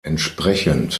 entsprechend